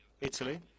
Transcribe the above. Italy